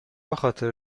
بخاطر